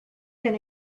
been